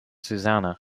susanna